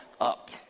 up